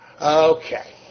okay